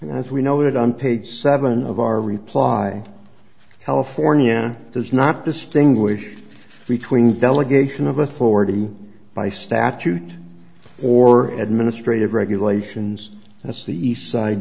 if we noted on page seven of our reply california does not distinguish between delegation of authority by statute or administrative regulations that's the east side